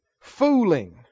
fooling